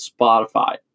Spotify